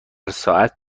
ساعت